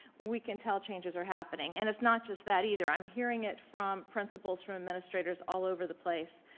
we can tell changes are happening. and it's not just that either, i'm hearing it from principals, from administrators all over the place,